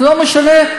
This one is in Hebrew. לא משנה,